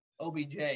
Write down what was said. OBJ